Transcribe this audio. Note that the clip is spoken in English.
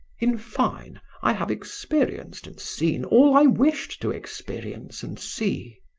in fine, i have experienced and seen all i wished to experience and see.